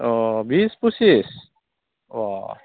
अ बिस पसिस अ